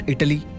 Italy